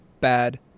bad